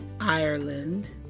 Ireland